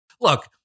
Look